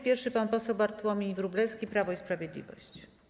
Pierwszy pan poseł Bartłomiej Wróblewski, Prawo i Sprawiedliwość.